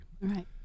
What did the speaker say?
Right